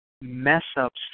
mess-ups